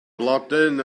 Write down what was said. blodyn